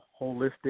holistic